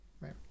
Right